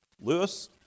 Lewis